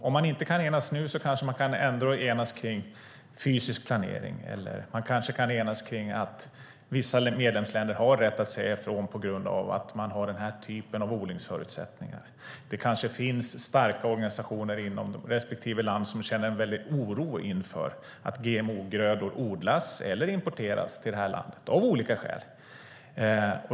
Om man inte kan enas nu kan man ändå enas om fysisk planering eller att vissa medlemsländer har rätt att säga ifrån tack vare att de har den typen av odlingsförutsättningar. Det kanske finns starka organisationer inom respektive land som känner en oro inför att GMO-grödor odlas eller importeras till landet - av olika skäl.